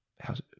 How's